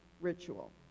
ritual